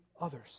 others